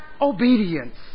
obedience